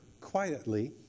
quietly